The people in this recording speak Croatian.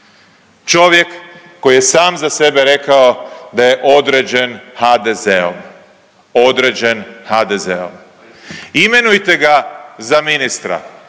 Čovjek koji je sam za sebe rekao da je određen HDZ-om, određen HDZ-om. Imenujte ga za ministra,